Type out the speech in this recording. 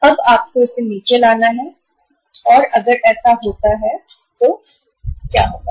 तो अब आपको इसे नीचे लाना है और अगर ऐसा होता है तो क्या होगा